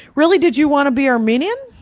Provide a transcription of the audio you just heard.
really? did you want to be armenian?